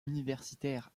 universitaire